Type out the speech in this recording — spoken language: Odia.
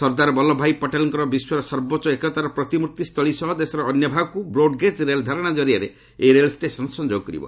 ସର୍ଦ୍ଦାର ବଲ୍ଲଭ ଭାଇ ପଟେଲଙ୍କର ବିଶ୍ୱର ସର୍ବୋଚ୍ଚ ଏକତାର ପ୍ରତିମ୍ଭି ସ୍ଥଳୀ ସହ ଦେଶର ଅନ୍ୟ ଭାଗକୁ ବ୍ରୋଡ୍ଗେଳ୍ ରେଲଧାରଣା ଜରିଆରେ ଏହି ରେଳ ଷ୍ଟେସନ୍ ସଂଯୋଗ କରିବ